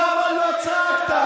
למה לא צעקת?